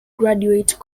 graduate